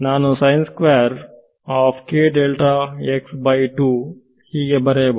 ನಾನು ಹೀಗೆ ಬರೆಯುವೆ